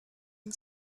and